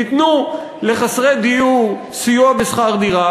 תיתנו לחסרי דיור סיוע בשכר דירה,